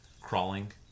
crawling